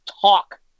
talk